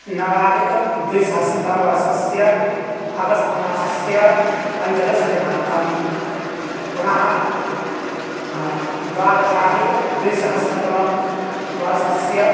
नवाधिकद्विसहस्रतमवर्षस्य अगस्त् मासस्य पञ्चदशदिनाङ्कः पुनः द्वादशाधिकत्रिसहस्रतमवर्षस्य